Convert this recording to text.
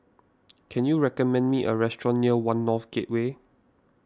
can you recommend me a restaurant near one North Gateway